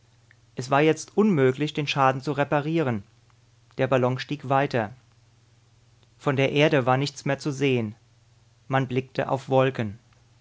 es war jetzt unmöglich den schaden zu reparieren der ballon stieg weiter von der erde war nichts mehr zu sehen man blickte auf wolken